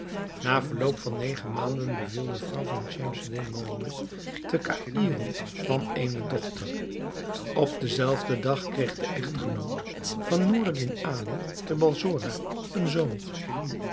na verloop van negen maanden beviel de vrouw van schemseddin mohammed te caïro van eene dochter op den zelfden dag kreeg de echtgenoot van noureddin ali te balsora een zoon